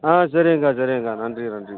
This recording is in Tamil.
ஆ சேரிங்கக்கா சேரிங்கக்கா நன்றி நன்றி